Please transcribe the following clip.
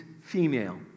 female